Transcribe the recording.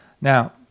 Now